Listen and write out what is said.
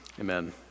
Amen